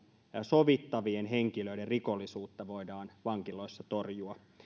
sovittavien henkilöiden rikollisuutta voidaan torjua vankiloissa